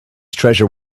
treasure